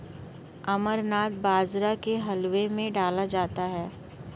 अमरनाथ बाजरा को हलवे में डाला जाता है